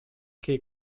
che